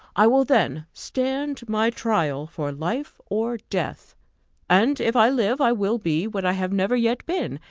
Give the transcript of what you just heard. i will then stand my trial for life or death and if i live i will be, what i have never yet been,